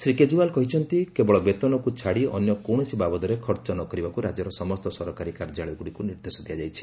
ଶ୍ରୀ କେଜରିଓ୍ୱାଲ କହିଛନ୍ତି କେବଳ ବେତନକୁ ଛାଡ଼ି ଅନ୍ୟ କୌଣସି ବାବଦରେ ଖର୍ଚ୍ଚ ନ କରିବାକୁ ରାଜ୍ୟର ସମସ୍ତ ସରକାରୀ କାର୍ଯ୍ୟାଳୟଗୁଡ଼ିକୁ ନିର୍ଦ୍ଦେଶ ଦିଆଯାଇଛି